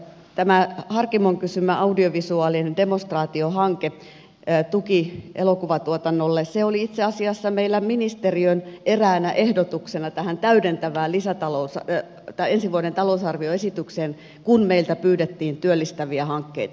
tämä harkimon kysymä audiovisuaalinen demonstraatiohanketuki elokuvatuotannolle oli itse asiassa meillä ministeriön eräänä ehdotuksena tähän täydentävään ensi vuoden talousarvioesitykseen kun meiltä pyydettiin työllistäviä hankkeita